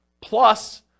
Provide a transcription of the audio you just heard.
plus